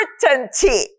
certainty